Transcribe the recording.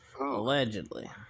allegedly